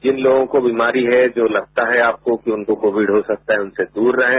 जिन लोगों को बीमारी है जो लगता है कि आपको कि उनको कोविड हो सकता है उनसे दूर रहें